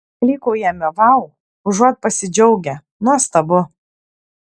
klykaujame vau užuot pasidžiaugę nuostabu